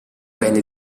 venne